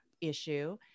issue